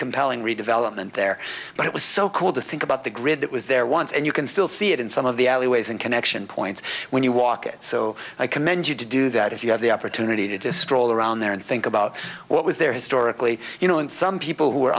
compelling redevelopment there but it was so cool to think about the grid that was there once and you can still see it in some of the alleyways and connection points when you walk it so i commend you to do that if you have the opportunity to just stroll around there and think about what was there historically you know and some